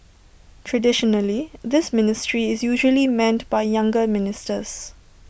traditionally this ministry is usually manned by younger ministers